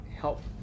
help